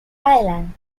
island